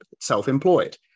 self-employed